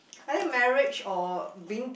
I think marriage or being